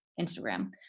Instagram